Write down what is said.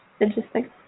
interesting